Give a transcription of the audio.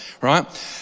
right